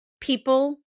people